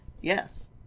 Yes